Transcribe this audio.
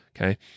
okay